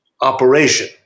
operation